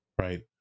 right